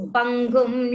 Pangum